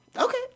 okay